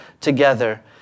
together